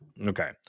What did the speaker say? Okay